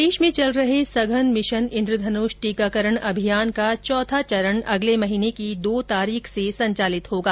प्रदेश में चल रहे सघन मिशन इन्द्रधनुष टीकाकरण अभियान का चौथा चरण अगले महीने की दो तारीख से संचालित होगा